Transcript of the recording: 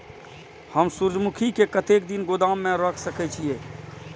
हम सूर्यमुखी के कतेक दिन गोदाम में रख सके छिए?